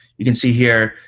you can see here,